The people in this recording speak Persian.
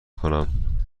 کنم